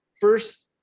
first